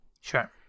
Sure